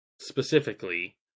specifically